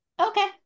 Okay